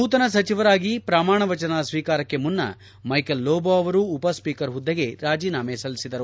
ನೂತನ ಸಚಿವರಾಗಿ ಪ್ರಮಾಣ ವಚನ ಸ್ವೀಕಾರಕ್ಕೆ ಮುನ್ನ ಮೈಕೇಲ್ ಲೋಬೊ ಅವರು ಉಪಸ್ವೀಕರ್ ಹುದ್ದೆಗೆ ರಾಜೆನಾಮೆ ಸಲ್ಲಿಸಿದರು